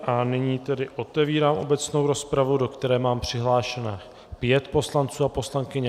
A nyní tedy otevírám obecnou rozpravu, do které mám přihlášeno pět poslanců a poslankyň.